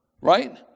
right